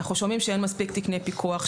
אנחנו שומעים שאין מספיק תקני פיקוח,